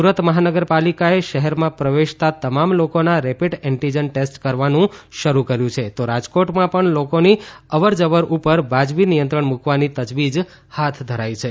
સુરત મહાનગરપાલિકાએ શહેરમાં પ્રવેશતા તમામ લોકોના રેપિડ એંટીજન ટેસ્ટ કરવાનું શરૂ કર્યું છે તો રાજકોટમાં પણ લોકો ની અવરજવર ઉપર વાજબી નિયંત્રણ મૂકવાની તજવીજ હાથ ધરાઈ છે